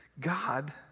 God